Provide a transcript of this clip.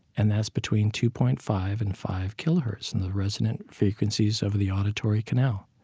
and that's between two point five and five kilohertz in the resident frequencies of the auditory canal